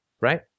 right